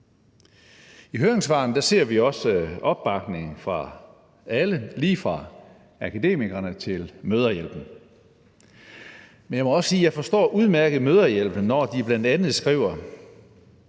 I høringssvarene ser vi også opbakning fra alle, lige fra Akademikerne til Mødrehjælpen, men jeg må også sige, at jeg udmærket forstår Mødrehjælpen, når de bl.a. skriver: